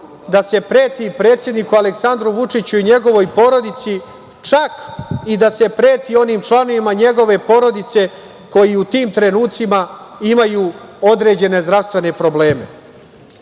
da se preti predsedniku Aleksandru Vučiću i njegovoj porodici, čak i da se preti onim članovima njegove porodice koji u tim trenucima imaju određene zdravstvene probleme. Želim